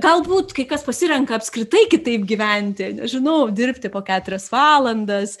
galbūt kai kas pasirenka apskritai kitaip gyventi žinau dirbti po keturias valandas